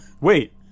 Wait